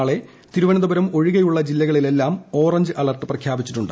നാളെ തിരുവനന്തപുരം ഒഴികെയുള്ള ജില്ലകളിലെല്ലാം ഓറഞ്ച് അലർട്ട് പ്രഖ്യാപിച്ചിട്ടുണ്ട്